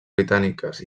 britàniques